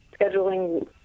scheduling